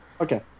Okay